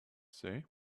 say